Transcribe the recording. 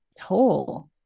whole